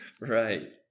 Right